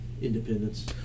Independence